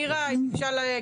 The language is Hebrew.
נירה בבקשה.